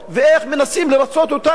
ואיך מנסים לרצות אותם.